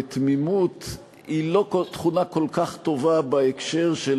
ותמימות היא לא תכונה כל כך טובה בהקשר של